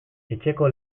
etxeko